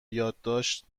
یادداشت